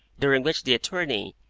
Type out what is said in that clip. during which the attorney,